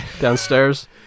downstairs